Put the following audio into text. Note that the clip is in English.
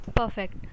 Perfect